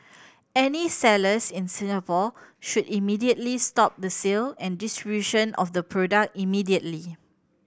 any sellers in Singapore should immediately stop the sale and distribution of the product immediately